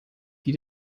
die